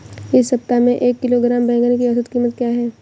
इस सप्ताह में एक किलोग्राम बैंगन की औसत क़ीमत क्या है?